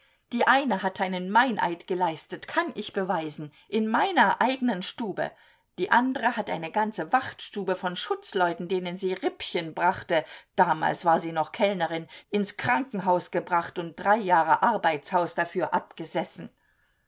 die eine hat einen meineid geleistet kann ich beweisen in meiner eigenen stube die andre hat eine ganze wachtstube von schutzleuten denen sie rippchen brachte damals war sie noch kellnerin ins krankenhaus gebracht und drei jahre arbeitshaus dafür abgesessen